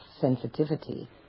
sensitivity